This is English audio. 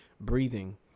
breathing